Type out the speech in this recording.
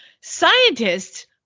scientists